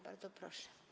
Bardzo proszę.